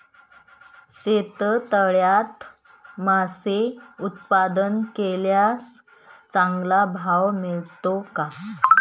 शेततळ्यात मासे उत्पादन केल्यास चांगला भाव मिळतो का?